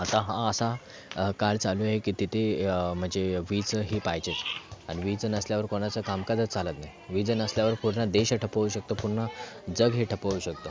आता हा असा काळ चालू आहे की तिथे म्हणजे वीज ही पाहिजेच आणि वीज नसल्यावर कोणाचं कामकाजच चालत नाही वीज नसल्यावर पूर्ण देश ठप्प होऊ शकतो पूर्ण जग हे ठप्प होऊ शकतो